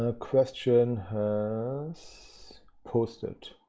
ah question has posted.